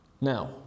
Now